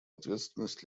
ответственность